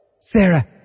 Sarah